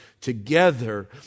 together